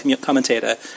commentator